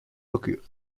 occurred